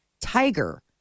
tiger